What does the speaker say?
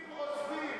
המתמחים עוזבים.